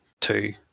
two